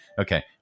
Okay